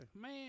man